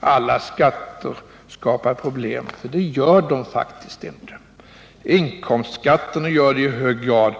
alla skatter skapar problem, för det gör de faktiskt inte. Inkomstskatten gör det i hög grad.